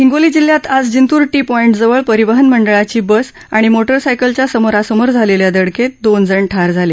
हिंगोली जिल्ह्यात आज जिंत्र टी पॉईंट जवळ परिवहन मंडळाची बस आणि मोटरसायकलच्या समोरासमोर झालेल्या धडेकत दोन जण ठार झाले